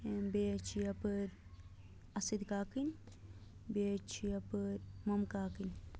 بیٚیہِ حظ چھِ یَپٲرۍ اَصد کاکٕنۍ بیٚیہِ حظ چھِ یَپٲرۍ ممہٕ کاکٕنۍ